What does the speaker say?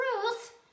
truth